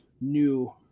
new